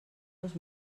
dos